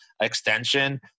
extension